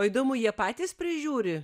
o įdomu jie patys prižiūri